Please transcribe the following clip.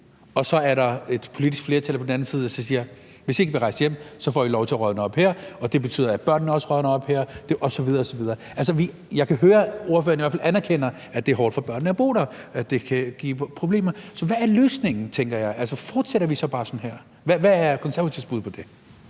og så er der et politisk flertal på den anden side, der siger, at hvis ikke man vil rejse hjem, får man lov til at rådne op her, og at betyder, at børnene også rådner op her, osv. osv.? Altså, jeg kan høre, at ordføreren i hvert fald anerkender, at det er hårdt for børnene at bo der, at det kan give problemer. Så hvad er løsningen? Altså, fortsætter vi så bare sådan her? Hvad er Konservatives bud på det?